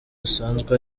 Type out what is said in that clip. asanzwe